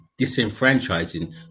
disenfranchising